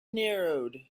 narrowed